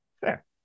Fair